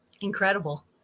incredible